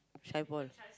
shy boy